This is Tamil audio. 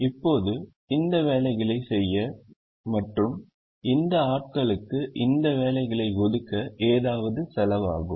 இப்போது இந்த வேலைகளைச் செய்ய மற்றும் இந்த ஆட்களுக்கு இந்த வேலைகளை ஒதுக்க ஏதாவது செலவாகும்